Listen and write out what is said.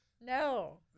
No